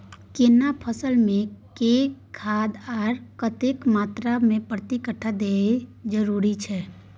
केना फसल मे के खाद आर कतेक मात्रा प्रति कट्ठा देनाय जरूरी छै?